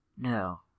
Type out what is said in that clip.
No